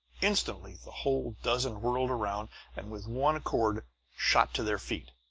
instantly the whole dozen whirled around and with one accord shot to their feet.